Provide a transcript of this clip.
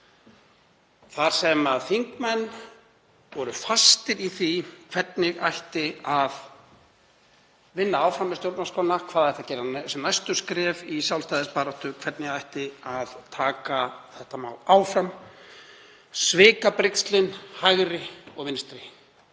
í sögunni. Þingmenn voru fastir í því hvernig ætti að vinna áfram með stjórnarskrána, hvað ætti að gera sem næstu skref í sjálfstæðisbaráttu, hvernig ætti að taka þetta mál áfram. Svikabrigslin hægri og vinstri